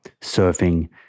surfing